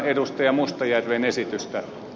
mustajärven esitystä